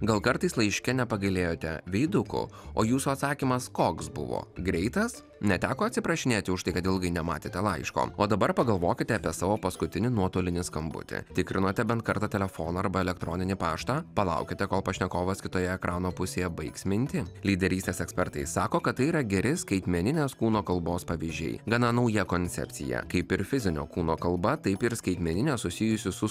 gal kartais laiške nepagailėjote veidukų o jūsų atsakymas koks buvo greitas neteko atsiprašinėti už tai kad ilgai nematėte laiško o dabar pagalvokite apie savo paskutinį nuotolinį skambutį tikrinote bent kartą telefoną arba elektroninį paštą palaukėte kol pašnekovas kitoje ekrano pusėje baigs mintį lyderystės ekspertai sako kad tai yra geri skaitmeninės kūno kalbos pavyzdžiai gana nauja koncepcija kaip ir fizinio kūno kalba taip ir skaitmeninė susijusi su